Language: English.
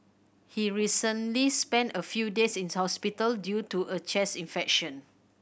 he recently spent a few days in hospital due to a chest infection